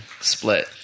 split